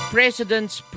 President's